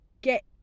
get